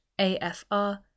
AFR